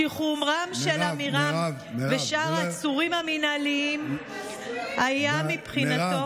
שחרורם של עמירם ושאר העצורים המינהליים היה מבחינתו,